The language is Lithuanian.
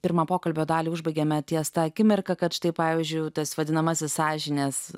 pirmą pokalbio dalį užbaigiame ties ta akimirka kad štai pavyzdžiui tas vadinamasis sąžinės